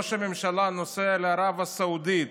כשראש הממשלה נוסע לערב הסעודית,